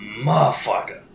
motherfucker